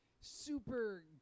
super